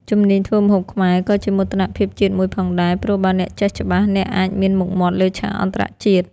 ជំនាញធ្វើម្ហូបខ្មែរក៏ជាមោទនភាពជាតិមួយផងដែរ ព្រោះបើអ្នកចេះច្បាស់អ្នកអាចមានមុខមាត់លើឆាកអន្តរជាតិ។